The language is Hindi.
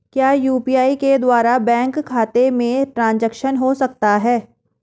क्या यू.पी.आई के द्वारा बैंक खाते में ट्रैन्ज़ैक्शन हो सकता है?